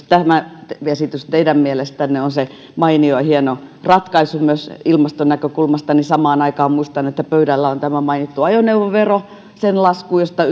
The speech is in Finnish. tämä esitys teidän mielestänne on se mainio ja hieno ratkaisu myös ilmaston näkökulmasta niin samaan aikaan muistan pöydällä on tämä mainittu ajoneuvovero sen lasku josta